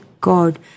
God